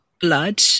blood